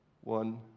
one